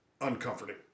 uncomforting